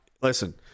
Listen